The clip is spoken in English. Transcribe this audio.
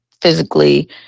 physically